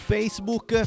Facebook